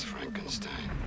Frankenstein